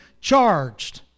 charged